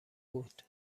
بود